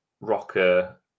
Rocker